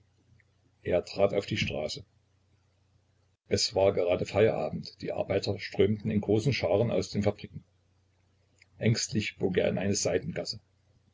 er trat auf die straße es war gerade feierabend die arbeiter strömten in großen scharen aus den fabriken ängstlich bog er in eine